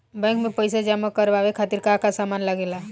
Bank में पईसा जमा करवाये खातिर का का सामान लगेला?